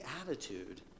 attitude